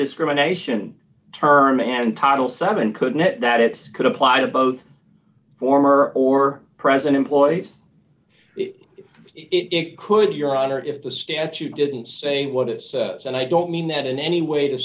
discrimination term and title seven could net that it could apply to both former or present employees it could your honor if the statue didn't say what it says and i don't mean that in any way to